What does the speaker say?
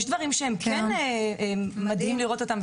יש דברים שמדהים לראות אותם,